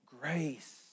grace